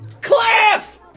Cliff